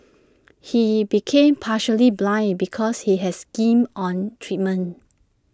he became partially blind because he has skimmed on treatment